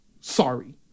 Sorry